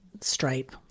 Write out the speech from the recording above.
stripe